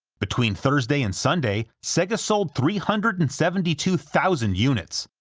between thursday and sunday, sega sold three hundred and seventy two thousand units,